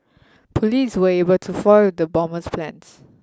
police were able to foil the bomber's plans